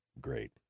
great